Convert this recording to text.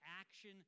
action